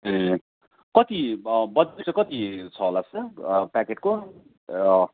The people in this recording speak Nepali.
ए कति बजेट चाहिँ कति छ होला सर प्याकेटको